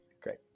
great